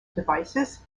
devices